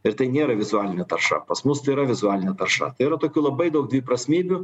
ir tai nėra vizualinė tarša pas mus tai yra vizualinė tarša tai yra tokių labai daug dviprasmybių